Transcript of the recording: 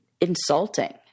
insulting